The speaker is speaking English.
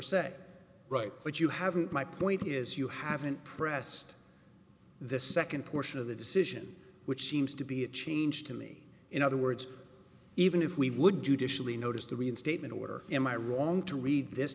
set right but you haven't my point is you haven't pressed the second portion of the decision which seems to be a change to me in other words even if we would judicially notice the reinstatement order am i wrong to read this